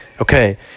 Okay